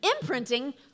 Imprinting